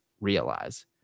realize